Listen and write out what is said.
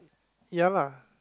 ya lah